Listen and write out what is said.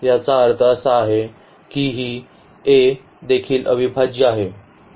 याचा अर्थ असा आहे की ही A देखील अविभाज्य आहे